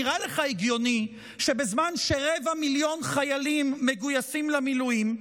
נראה לך הגיוני שבזמן שרבע מיליון חיילים מגויסים למילואים,